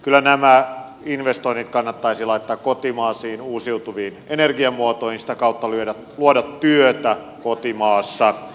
kyllä nämä investoinnit kannattaisi laittaa kotimaisiin uusiutuviin energiamuotoihin sitä kautta luoda työtä kotimaassa